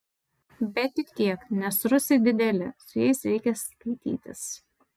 bet tik tiek nes rusai dideli su jais reikia skaitytis